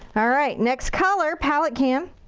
alright, next color. palette cam.